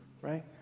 Right